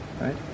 right